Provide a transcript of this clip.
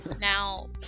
Now